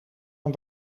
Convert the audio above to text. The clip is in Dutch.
een